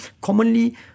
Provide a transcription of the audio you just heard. Commonly